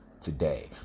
today